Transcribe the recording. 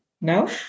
No